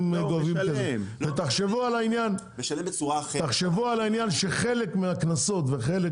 תחשבו על העניין שלחלק מהקנסות וחלק